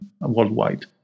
worldwide